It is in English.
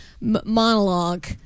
monologue